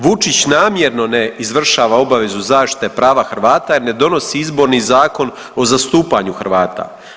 Vučić namjerno ne izvršava obavezu zaštite prava Hrvata jer ne donosi Izborni zakon o zastupanju Hrvata.